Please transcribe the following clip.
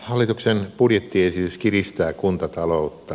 hallituksen budjettiesitys kiristää kuntataloutta